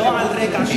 לא על רקע שבטי.